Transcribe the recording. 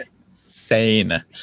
Insane